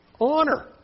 honor